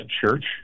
church